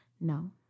no